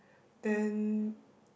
then